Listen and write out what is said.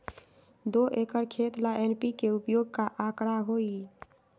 दो एकर खेत ला एन.पी.के उपयोग के का आंकड़ा होई?